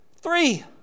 Three